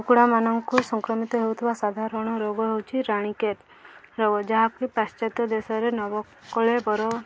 କୁକୁଡ଼ାମାନଙ୍କୁ ସଂକ୍ରମିତ ହେଉଥିବା ସାଧାରଣ ରୋଗ ହେଉଛି ରାଣିକେତ ରୋଗ ଯାହାକି ପାଶ୍ଚାତ୍ୟ ଦେଶରେ ନବକଳେବର